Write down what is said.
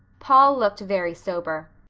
paul looked very sober.